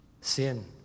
SIN